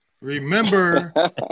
Remember